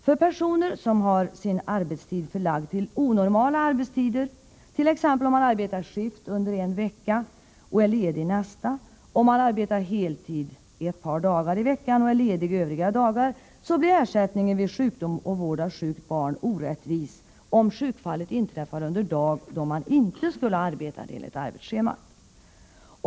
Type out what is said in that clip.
För personer som har sin arbetstid förlagd till ”onormala” tider, t.ex. om man arbetar skift under en vecka och är ledig nästa vecka, om man arbetar heltid ett par dagar i veckan och är ledig övriga dagar, blir ersättningen vid sjukdom och vård av sjukt barn orättvis, om sjukfallet inträffar under dag, då man inte skulle ha arbetat enligt arbetsschemat.